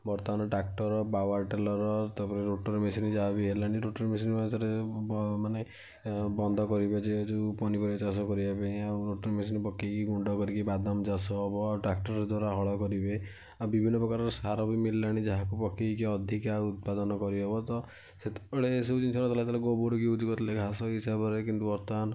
ବର୍ତ୍ତମାନ tractor power tiller ତାପରେ rotor machine ଯାହା ବି ହେଲାଣି ରୋଟର୍ ମେସିନ୍ ମାନେ ବନ୍ଦ କରି ପନିପରିବା ଚାଷ କରିବା ପାଇଁ ଆଉ ରୋଟର୍ ମେସିନ୍ ପକାଇକି ଗୁଣ୍ଡ କରିକି ବାଦାମ ଚାଷ ହେବ ଆଉ ଟ୍ରାକ୍ଟର ଦ୍ୱାରା ହଳ କରିବେ ଆଉ ବିଭିନ୍ନ ପ୍ରକାରର ସାର ବି ମିଳିଲାଣି ଯାହାକୁ ପକାଇକି ଅଧିକା ଉତ୍ପାଦନ କରିହେବ ତ ସେତେବେଳେ ଏସବୁ ଜିନିଷ ନଥିଲା କିନ୍ତୁ ବର୍ତ୍ତମାନ